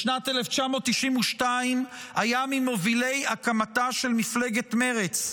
בשנת 1992 היה ממובילי הקמתה של מפלגת מרצ,